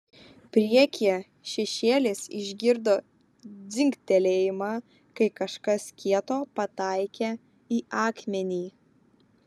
priekyje šešėlis išgirdo dzingtelėjimą kai kažkas kieto pataikė į akmenį